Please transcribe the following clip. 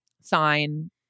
sign